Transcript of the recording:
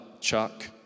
Chuck